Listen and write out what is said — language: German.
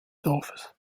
dorfes